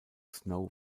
snow